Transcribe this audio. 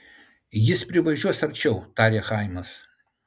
jis privažiuos arčiau tarė chaimas